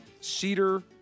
cedar